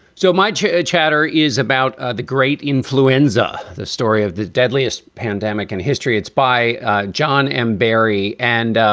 so much ah chatter is about ah the great influenza. the story of the deadliest pandemic in history. it's by john m. berry. and